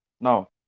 Now